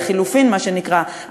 לחלופין מה שנקרא,